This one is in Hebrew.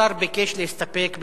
השר ביקש להסתפק בתשובתו.